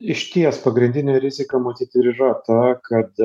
išties pagrindinė rizika matyt ir yra ta kad